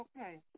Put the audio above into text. Okay